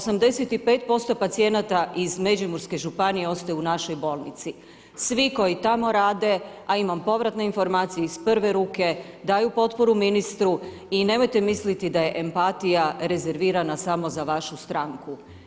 85% pacijenata iz Međimurske županije ostaje u našoj bolnici, svi koji tamo rade a imam povratne informacije iz prve ruke, daju potporu ministru i nemojte misliti da je empatija rezervirana samo za vašu stranku.